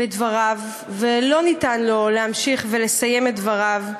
ולא ניתן לו להמשיך ולסיים את דבריו,